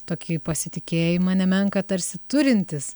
tokį pasitikėjimą nemenką tarsi turintys